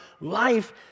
life